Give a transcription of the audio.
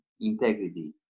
integrity